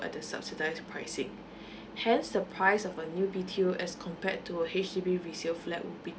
at the subsidise pricing hence the price of a new B_T_O as compared to a H_D_B resale flat would be